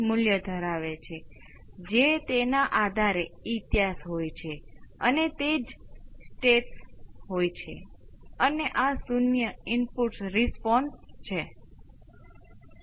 વિદ્યાર્થી V c of t બરાબર V p exponential st V c 2 0 exponential t by R C ભાગ્યા S C R 1